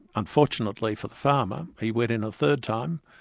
unfortunately for the farmer, he went in a third time,